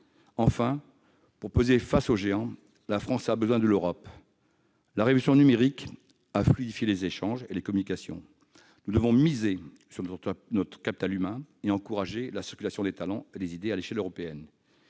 Enfin, pour peser face aux géants, la France a besoin de l'Europe. La révolution numérique a fluidifié les échanges et les communications. Nous devons miser sur notre capital humain et encourager la circulation des talents et des idées à l'échelle européenne.